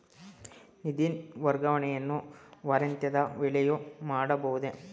ನಿಧಿ ವರ್ಗಾವಣೆಯನ್ನು ವಾರಾಂತ್ಯದ ವೇಳೆಯೂ ಮಾಡಬಹುದೇ?